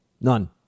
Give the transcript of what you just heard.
none